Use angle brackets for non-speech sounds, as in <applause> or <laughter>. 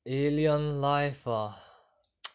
alien life ah <noise>